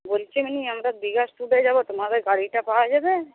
বলছিলাম কী আমরা বিকাশপুরে যাব তোমাদের গাড়িটা পাওয়া যাবে